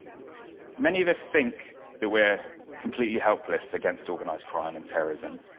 many of us think that we're completely helpless against organized crime and terrorism,